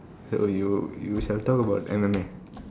so you you shall talk about M_M_A